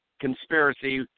conspiracy